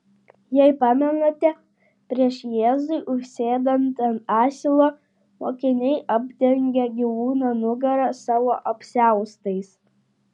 jei pamenate prieš jėzui užsėdant ant asilo mokiniai apdengia gyvūno nugarą savo apsiaustais